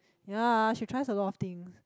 yea she tries a lot of things